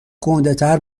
گندهتر